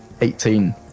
Eighteen